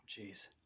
Jeez